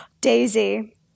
Daisy